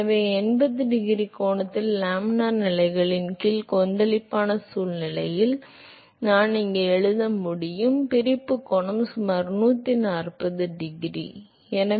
எனவே இது 80 டிகிரி கோணத்தில் லேமினார் நிலைமைகளின் கீழ் கொந்தளிப்பான சூழ்நிலையில் நான் இங்கே எழுத முடியும் கொந்தளிப்பான சூழ்நிலையில் பிரிப்பு கோணம் சுமார் 140 டிகிரி அச்சச்சோ வெப்பநிலை இல்லை மன்னிக்கவும்